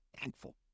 thankful